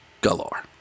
galore